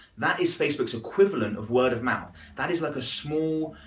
that is facebook's equivalent of word-of-mouth, that is like a small,